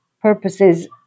purposes